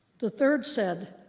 the third said,